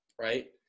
Right